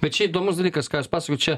bet čia įdomus dalykas ką jūs pasakojat čia